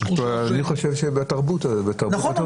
אני חושב שבתרבות -- נכון,